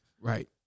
Right